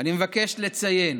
אני מבקש לציין